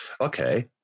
okay